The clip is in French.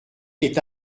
est